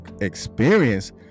experience